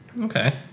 Okay